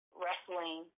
wrestling